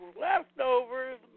leftovers